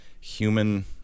human